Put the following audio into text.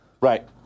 Right